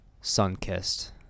sun-kissed